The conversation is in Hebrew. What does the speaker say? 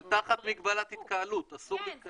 אבל תחת מגבלת התקהלות, אסור להתקהל.